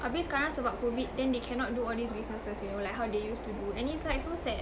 habis sekarang sebab COVID then they cannot do all these businesses you know like how they used to do and it's like so sad